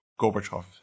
Gorbachev